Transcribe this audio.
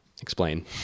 Explain